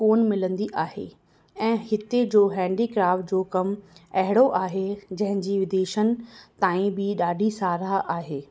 कोन मिलंदी आहे ऐं हिते जो हेंडीक्राफ्ट जो कमु अहिड़ो आहे जंहिंजी विदेशनि ताईं बि ॾाढी साराह आहे